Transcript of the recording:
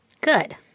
Good